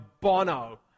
Bono